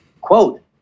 quote